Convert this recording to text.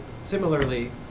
Similarly